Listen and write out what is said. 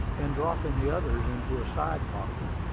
and dropping the others into a side-pocket.